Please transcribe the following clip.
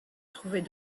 trouvait